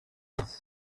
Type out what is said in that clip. please